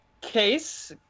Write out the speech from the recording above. case